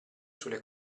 sulle